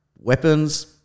weapons